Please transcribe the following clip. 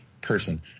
person